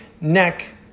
neck